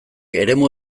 eremu